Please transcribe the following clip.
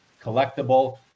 Collectible